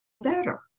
better